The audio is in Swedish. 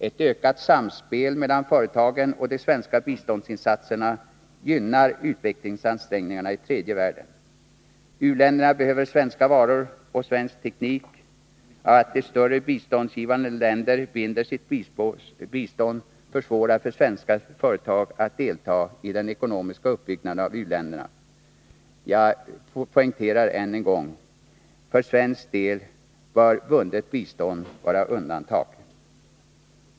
Ett ökat samspel mellan företagen och de svenska biståndsinsatserna gynnar utvecklingsansträngningarna i tredje världen. U-länderna behöver svenska varor och svensk teknik. Att de större biståndsgivande länderna binder sitt bistånd försvårar för svenska företag att delta i den ekonomiska uppbyggnaden av u-länderna. Jag poängterar än en gång: för svensk del bör bundet bistånd vara undantag.